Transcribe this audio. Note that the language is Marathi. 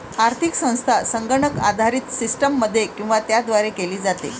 आर्थिक संस्था संगणक आधारित सिस्टममध्ये किंवा त्याद्वारे केली जाते